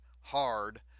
hard